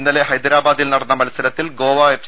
ഇന്നലെ ഹൈദരാബാദിൽ നടന്ന മൽസരത്തിൽ ഗോവ എഫ്